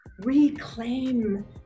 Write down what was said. reclaim